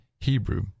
Hebrew